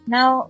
Now